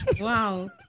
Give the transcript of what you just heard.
Wow